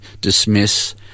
dismiss